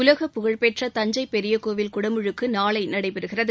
உலக புகழ்பெற்ற தஞ்சை பெரிய கோயில் குடமுழுக்கு நாளை நடைபெறுகிறது